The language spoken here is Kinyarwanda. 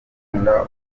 akunda